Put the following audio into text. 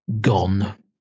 gone